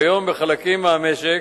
כיום בחלקים מהמשק